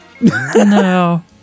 No